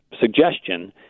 suggestion